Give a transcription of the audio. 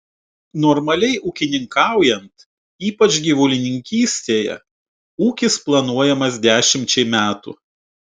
normaliai ūkininkaujant ypač gyvulininkystėje ūkis planuojamas dešimčiai metų